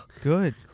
Good